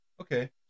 Okay